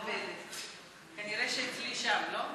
נראה שאני שם, לא?